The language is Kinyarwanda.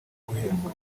guhembwa